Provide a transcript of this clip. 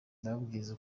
ndababwiza